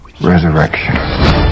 Resurrection